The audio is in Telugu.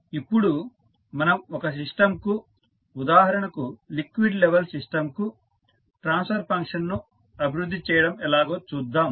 ఇప్పుడు మనం ఒక సిస్టంకు ఉదాహరణకు లిక్విడ్ లెవెల్ సిస్టం కు ట్రాన్స్ఫర్ ఫంక్షన్ ను అభివృద్ధి చేయడం ఎలాగో చూద్దాం